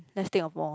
let's think of more